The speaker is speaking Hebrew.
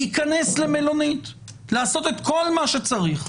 להיכנס למלונית ולעשות כל מה שצריך?